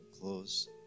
Close